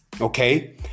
okay